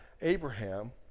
Abraham